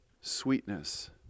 sweetness